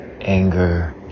anger